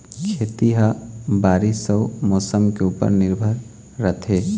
खेती ह बारीस अऊ मौसम के ऊपर निर्भर रथे